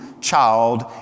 child